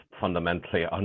fundamentally